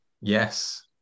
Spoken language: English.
Yes